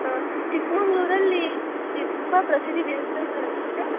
ಹಾಂ ಚಿಕ್ಕಮಗಳೂರಲ್ಲಿ ತುಂಬ ಪ್ರಸಿದ್ಧ ದೇವಸ್ಥಾನಗಳು ಇವೆ